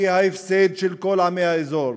היא ההפסד של כל עמי האזור.